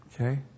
Okay